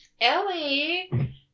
Ellie